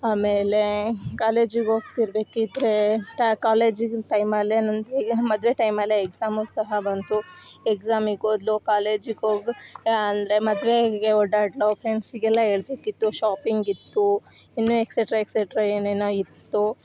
ಆಮೇಲೆ ಕಾಲೇಜಿಗೆ ಹೋಗ್ತಿರ್ಬೇಕಿದ್ರೆ ಟ್ಯಾ ಕಾಲೇಜಿಗಿನ್ನ ಟೈಮ್ ಅಲ್ಲೇ ನಂದು ಈಗ ಮದುವೆ ಟೈಮ್ ಅಲ್ಲೇ ಎಕ್ಸಾಮು ಸಹ ಬಂತು ಎಕ್ಸಾಮಿಗೆ ಓದ್ಲೋ ಕಾಲೇಜಿಗೆ ಹೋಗೂ ಅಂದರೆ ಮದುವೆಗೆ ಓಡಾಡಲೋ ಫ್ರೆಂಡ್ಸಿಗೆಲ್ಲ ಹೇಳ್ಬೇಕಿತ್ತು ಶಾಪಿಂಗ್ ಇತ್ತು ಇನ್ನು ಎಕ್ಸೆಟ್ರ ಎಕ್ಸೆಟ್ರ ಏನೇನೋ ಇತ್ತು